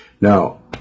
Now